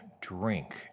drink